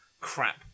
crap